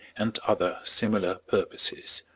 and other similar purposes.